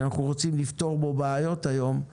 שאנחנו רוצים לפתור בו בעיות היום,